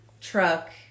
truck